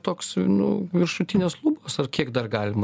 toks nu viršutinės lūpos ar kiek dar galima